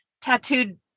tattooed